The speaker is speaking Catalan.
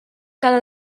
cada